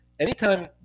Anytime